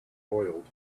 boiled